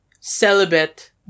celibate